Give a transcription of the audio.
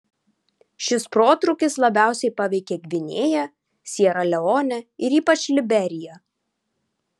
šis protrūkis labiausiai paveikė gvinėją siera leonę ir ypač liberiją